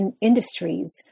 industries